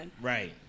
Right